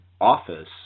office